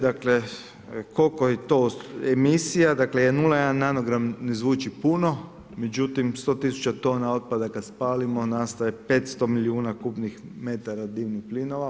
Dakle, koliko je to emisija dakle 0,1 nanogram ne zvuči puno, međutim 100 tisuća tona otpada kada spalimo nastaje 500 milijuna kubnih metara dimnih plinova.